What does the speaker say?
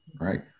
right